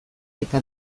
eta